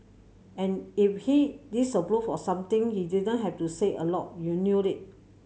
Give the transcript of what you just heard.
and if he disapproved of something he didn't have to say a lot you knew it